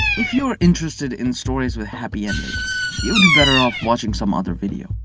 if you are interested in stories with happy endings, you would be better off watching some other video.